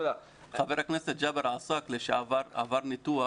חבר הכנסת ג'אבר עסאקלה שעבר ניתוח,